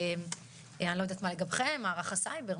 ואני לא יודעת מה לגביכם מערך הסייבר,